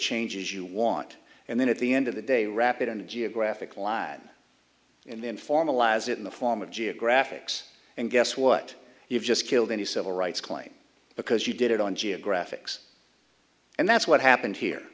changes you want and then at the end of the day wrap it in a geographic line in the informal as in the form of geographics and guess what you've just killed in the civil rights claim because you did it on geographic's and that's what happened here